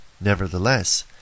Nevertheless